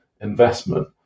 investment